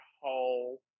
whole